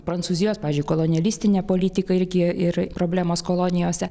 prancūzijos pavyzdžiui kolonialistinė politika irgi ir problemos kolonijose